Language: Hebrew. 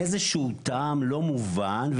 מאיזשהו טעם לא מובן,